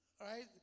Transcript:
right